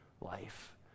life